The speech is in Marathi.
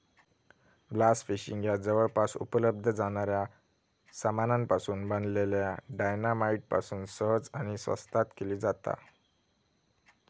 ब्लास्ट फिशिंग ह्या जवळपास उपलब्ध जाणाऱ्या सामानापासून बनलल्या डायना माईट पासून सहज आणि स्वस्तात केली जाता